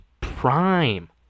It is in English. prime